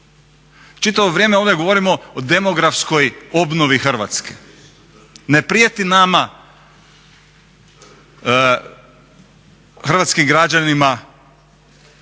Čitavo vrijeme ovdje govorimo o demografskoj obnovi Hrvatske. Ne prijeti nama hrvatskim građanima